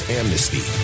amnesty